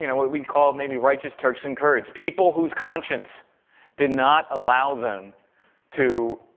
you know what we'd call maybe righteous turks and kurds, people whose conscience did not allow them to